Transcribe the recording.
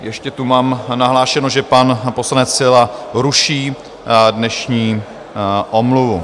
Ještě tu mám nahlášeno, že pan poslanec Síla ruší dnešní omluvu.